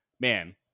man